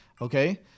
okay